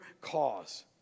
cause